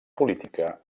política